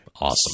awesome